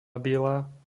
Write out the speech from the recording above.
biela